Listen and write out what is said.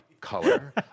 color